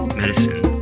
medicine